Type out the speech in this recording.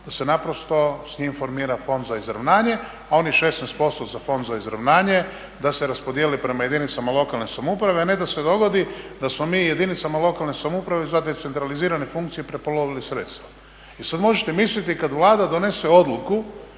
da se naprosto formira Fond za izravnanje, a onih 16% za Fond za izravnanje da se raspodijeli prema jedinicama lokalne samouprave a ne da se dogodi da smo mi jedinicama lokalne samouprave za decentralizirane funkcije prepolovili sredstva. I sad možete misliti kad Vlada donese odluku